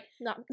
No